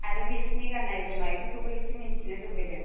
आरो बिसोरनि गाननाय जोमनाय फोरखौबो इसे मिथिनो लुबैदों